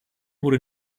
wurde